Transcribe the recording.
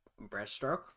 breaststroke